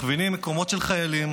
מכווינים למקומות של חיילים,